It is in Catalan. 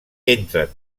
entren